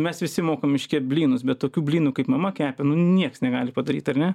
mes visi mokam iškept blynus bet tokių blynų kaip mama kepė nu nieks negali padaryt ar ne